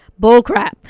bullcrap